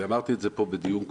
ואמרתי את זה פה בדיון קודם,